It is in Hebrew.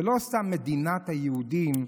ולא סתם מדינת היהודים,